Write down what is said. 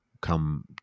come